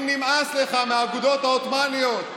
אם נמאס לך מהאגודות העות'מאניות,